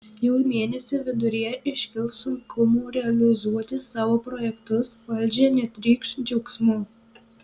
jau mėnesio viduryje iškils sunkumų realizuoti savo projektus valdžia netrykš džiaugsmu